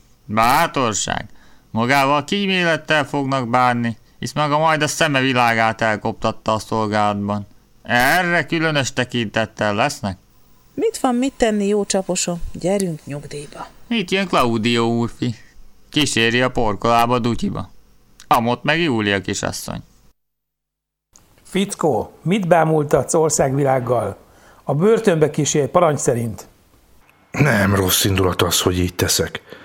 Bátorság! Magával kímélettel fognak bánni, hisz maga majd a szeme világát elkoptatta a szolgálatban. Erre különös tekintettel lesznek. Mit van mit tenni, jó csaposom? Gyerünk nyugdíjba. Itt jön Claudio úrfi. Kíséri a porkolába, dutyiba. Amott meg Júlia kisasszony. Fickó, mit bámultatsz országvilággal? A börtönbe kísérj, parancs szerint. Nem rosszindulat az, hogy így teszek.